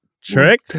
Trick